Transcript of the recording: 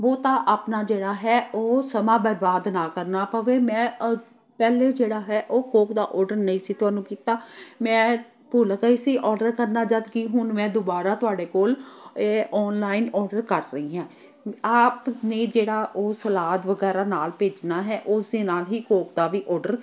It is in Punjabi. ਬਹੁਤਾ ਆਪਣਾ ਜਿਹੜਾ ਹੈ ਉਹ ਸਮਾਂ ਬਰਬਾਦ ਨਾ ਕਰਨਾ ਪਵੇ ਮੈਂ ਪਹਿਲੇ ਜਿਹੜਾ ਹੈ ਉਹ ਕੋਕ ਦਾ ਓਰਡਰ ਨਹੀਂ ਸੀ ਤੁਹਾਨੂੰ ਕੀਤਾ ਮੈਂ ਭੁੱਲ ਗਈ ਸੀ ਓਰਡਰ ਕਰਨਾ ਜਦਕਿ ਹੁਣ ਮੈਂ ਦੁਬਾਰਾ ਤੁਹਾਡੇ ਕੋਲ ਇਹ ਓਨਲਾਈਨ ਓਰਡਰ ਕਰ ਰਹੀ ਹਾਂ ਆਪ ਨੇ ਜਿਹੜਾ ਉਹ ਸਲਾਦ ਵਗੈਰਾ ਨਾਲ ਭੇਜਣਾ ਹੈ ਉਸ ਦੇ ਨਾਲ ਹੀ ਕੋਕ ਦਾ ਵੀ ਓਰਡਰ